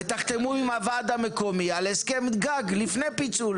ותחתמו עם הוועד המקומי על הסכם גג לפני פיצול.